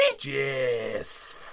Yes